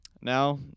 now